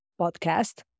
podcast